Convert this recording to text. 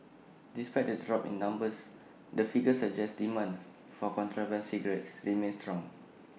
despite the drop in numbers the figures suggest demand for contraband cigarettes remains strong